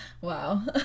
wow